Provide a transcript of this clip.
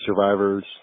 survivors